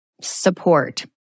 support